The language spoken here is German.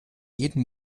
jeden